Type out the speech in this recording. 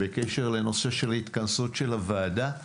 בקשר לנושא של התכנסות של הוועדה.